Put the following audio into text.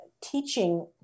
teaching